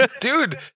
Dude